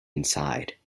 inside